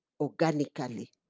Organically